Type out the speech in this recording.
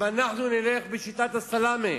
אם אנחנו נלך בשיטת הסלאמי,